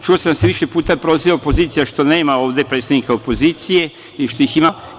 Čuo sam da se više puta proziva opozicija što nema ovde predstavnika opozicije i što ih ima malo.